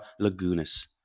Lagunas